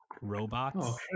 Robots